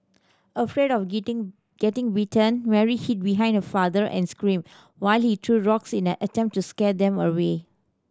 afraid of getting bitten Mary hid behind her father and screamed while he threw rocks in an attempt to scare them away